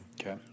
Okay